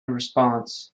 response